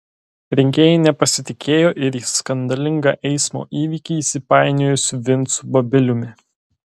rinkėjai nepasitikėjo ir į skandalingą eismo įvykį įsipainiojusiu vincu babiliumi